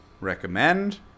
recommend